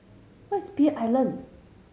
where is Pearl Island